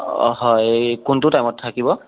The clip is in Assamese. অঁ হয় এই কোনটো টাইমত থাকিব